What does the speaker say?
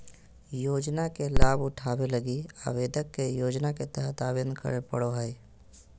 योजना के लाभ उठावे लगी आवेदक के योजना के तहत आवेदन करे पड़ो हइ